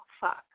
fuck